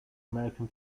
american